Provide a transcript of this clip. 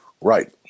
Right